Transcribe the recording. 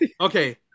okay